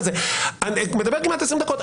הוא מדבר כמעט 20 דקות,